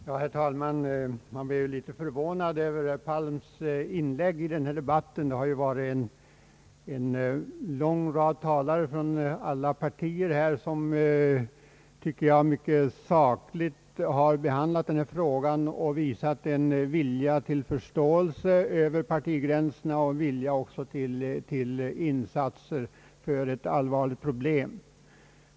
Herr talman! Man blir litet förvånad över herr Palms inlägg i denna debatt. En lång rad talare från olika partier har, som jag tycker, mycket sakligt behandlat denna fråga och visat en vilja till förståelse över partigränserna och även vilja till insatser för lösandet av ett allvarligt problem.